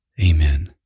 Amen